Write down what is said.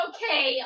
Okay